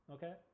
Okay